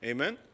Amen